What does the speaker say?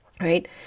Right